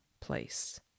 place